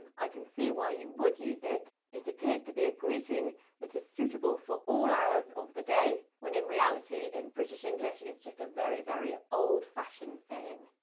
i can see why you would use it. it appears to be a greeting that is suitable for all hours of the day, when in reality, in british english, it's just a very, very old-fashioned saying.